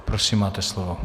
Prosím, máte slovo.